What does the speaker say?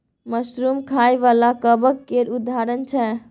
mushroom खाइ बला कबक केर उदाहरण छै